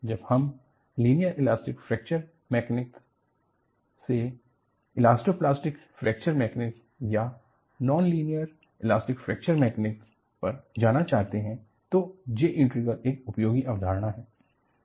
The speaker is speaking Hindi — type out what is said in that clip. जब हम लीनियर इलास्टिक फ्रैक्चर मैकेनिक्स से इलास्टो प्लास्टिक फ्रैक्चर मैकेनिक्स या non linear elastic fracture mechanics पर जाना चाहते हैं तो J इंटीग्रल एक उपयोगी अवधारणा है